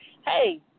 hey